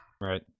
Right